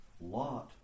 Lot